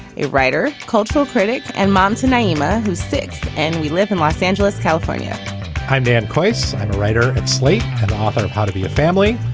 a writer, cultural critic, and momsen iima, who's sick. and we live in los angeles, california i'm dan quayle. i'm a writer at slate and author of how to be a family.